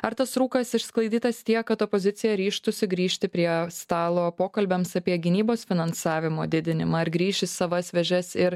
ar tas rūkas išsklaidytas tiek kad opozicija ryžtųsi grįžti prie stalo pokalbiams apie gynybos finansavimo didinimą ar grįš į savas vėžes ir